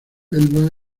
elba